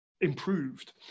improved